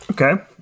okay